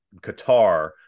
Qatar